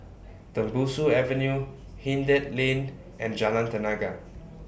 Tembusu Avenue Hindhede Lane and Jalan Tenaga